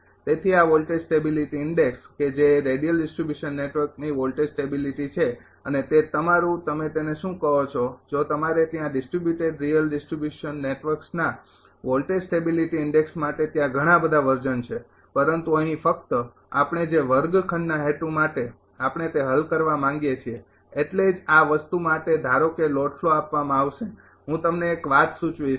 તેથી આ voltage stability index કે જે રેડિયલ ડિસ્ટ્રિબ્યુશન નેટવર્કની વોલ્ટેજ સ્ટેબિલીટી છે અને તે તમારું તમે તેને શું કહો છો જો તમારે ત્યાં ડિસ્ટ્રિબ્યુટેડ રિયલ ડિસ્ટ્રિબ્યુશન નેટવર્ક્સના વોલ્ટેજ સ્ટેબિલીટી ઇન્ડેક્ષ માટે ત્યાં ઘણા બધા વર્ઝન છે પરંતુ અહીં ફક્ત આપણે જે વર્ગખંડના હેતુ માટે આપણે તે હલ કરવા માંગીએ છીએ એટલે જ આ વસ્તુ માટે ધારો કે લોડ ફ્લો આપવામાં આવશે હું તમને એક વાત સૂચવીશ